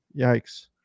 yikes